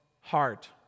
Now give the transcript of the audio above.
heart